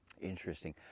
Interesting